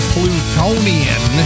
Plutonian